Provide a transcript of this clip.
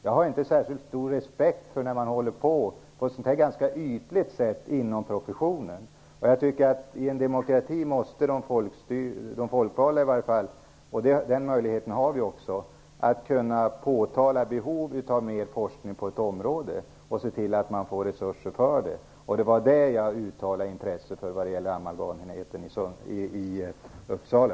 Jag har inte särskilt stor respekt för dem som ganska ytligt håller på inom sin profession. Jag tycker att i en demokrati måste i alla fall de folkvalda, och den möjligheten har vi, kunna påtala behovet av mera forskning på ett område och se till att man får resurser till det. Det var i det avseendet som jag uttalade intresse vad gäller amalgamenheten i Uppsala.